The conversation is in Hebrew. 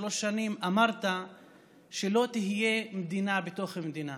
שלוש שנים, אמרת שלא תהיה מדינה בתוך מדינה.